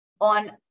on